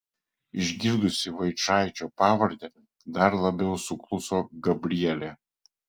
išgirdusi vaičaičio pavardę dar labiau sukluso gabrielė